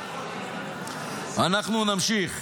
אנחנו נמשיך.